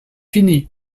fini